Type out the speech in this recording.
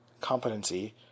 competency